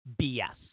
BS